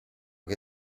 che